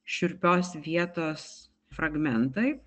šiurpios vietos fragmentai